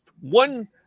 one